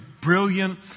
brilliant